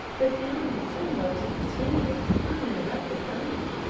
the sound was similar to continuous, uninterrupted thunder.